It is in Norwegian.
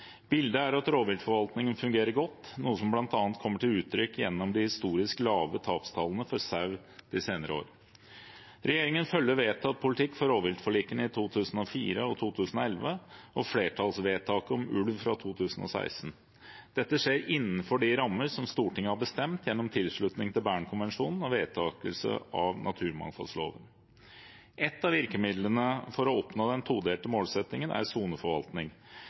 Bildet er at rovviltforvaltningen fungerer godt, noe som bl.a. kommer til uttrykk gjennom de historisk lave tapstallene for sau de senere år. Regjeringen følger vedtatt politikk for rovviltforlikene i 2004 og 2011 og flertallsvedtaket om ulv fra 2016. Dette skjer innenfor de rammer som Stortinget har bestemt, gjennom tilslutning til Bernkonvensjonen og vedtakelse av naturmangfoldloven. Et av virkemidlene for å oppnå den todelte målsettingen er soneforvaltning,